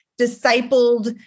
discipled